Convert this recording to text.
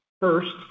First